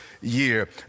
year